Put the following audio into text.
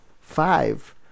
five